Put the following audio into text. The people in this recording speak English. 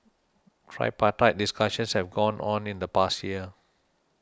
tripartite discussions have gone on in the past year